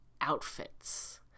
outfits